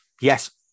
yes